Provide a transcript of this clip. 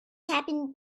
happened